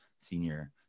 senior